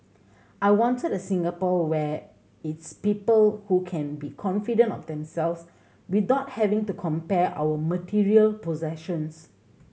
I wanted a Singapore where its people who can be confident of themselves without having to compare our material possessions